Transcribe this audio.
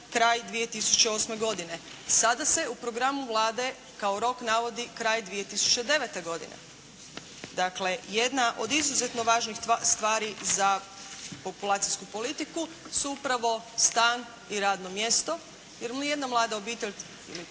kraj 2008. godine. Sad se u programu Vlade kao rok navodi kraj 2009. godine. Dakle, jedna od izuzetno važnih stvari za populacijsku politiku su upravo stan i radno mjesto, jer ni jedna mlada obitelj ili